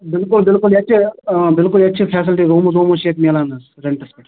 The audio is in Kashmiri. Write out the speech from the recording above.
بِلکُل بِلکُل ییٚتہِ چھِ آ بِلکُل ییٚتہِ چھِ فیسلٹی روٗمٕچ وومٕچ چھِ میلان حظ رینٹس پیٚٹھ حظ